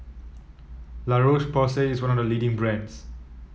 La Roche Porsay is one of leading brands